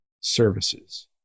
services